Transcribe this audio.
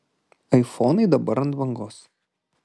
aifonai dabar ant bangos